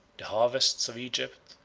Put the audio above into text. the harvests of egypt,